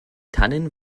tannen